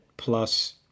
Plus